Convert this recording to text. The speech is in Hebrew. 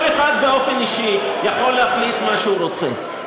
כל אחד באופן אישי יכול להחליט מה שהוא רוצה,